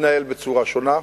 התנהל בצורה שונה.